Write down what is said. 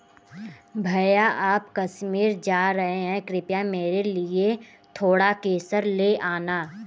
भैया आप कश्मीर जा रहे हैं कृपया मेरे लिए थोड़ा केसर ले आना